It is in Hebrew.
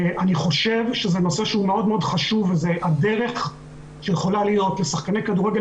אני חושב שזה נושא שהוא מאוד חשוב וזו הדרך שיכולה להיות לשחקני כדורגל